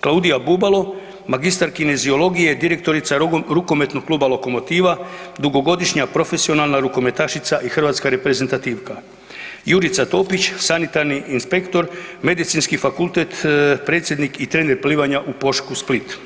Klaudija Bubalo magistar kineziologije, direktorica Rukometnog kluba Lokomotiva, dugogodišnja profesionalna rukometašica i hrvatska reprezentativka, Jurica Topći sanitarni inspektor Medicinski fakultet, predsjednik i trener plivanja u Pošku Split.